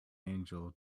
angel